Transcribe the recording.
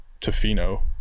tofino